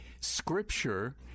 scripture